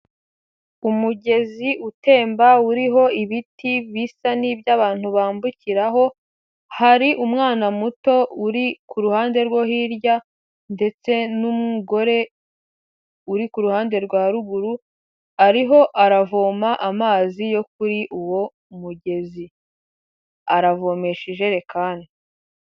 Umugezi utemba uriho ibiti bisa n'ibyo abantu bambukiraho, hari umwana muto uri ku ruhande rwo hirya ndetse n'umugore uri ku ruhande rwa ruguru, ariho aravoma amazi yo kuri uwo mugezi, aravomesha ijerekani.